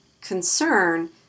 concern